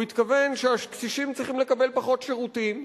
הוא התכוון שהקשישים צריכים לקבל פחות שירותים,